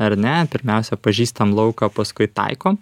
ar ne pirmiausia pažįstam lauką o paskui taikom